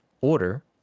order